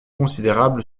considérable